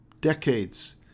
decades